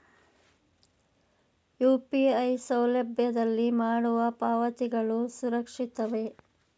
UPI ಸೌಲಭ್ಯದಲ್ಲಿ ಮಾಡುವ ಪಾವತಿಗಳು ಸುರಕ್ಷಿತವೇ?